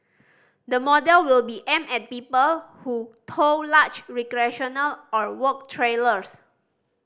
the model will be aimed at people who tow large recreational or work trailers